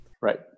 Right